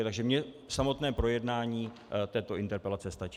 Takže mně samotné projednání této interpelace stačí.